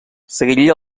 seguiria